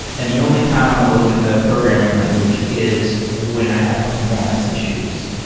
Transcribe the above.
and the only time i'm going to look at another programming language is when i have performance issues.